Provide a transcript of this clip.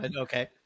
okay